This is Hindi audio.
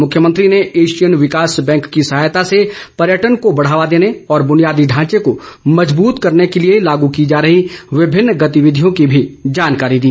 मुख्यमंत्री ने एशियन विकास बैंक की सहायता से पर्यटन को बढ़ावा देने और बुनियादी ढांचे को मजबूत करने के लिए लागू की जा रही विभिन्न गतिविधियों की भी जानकारी दी